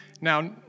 Now